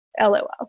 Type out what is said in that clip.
LOL